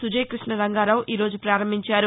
సుజయక్రిష్ణ రంగారావు ఈ రోజు ప్రారంభించారు